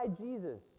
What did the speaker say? Jesus